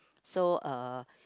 so uh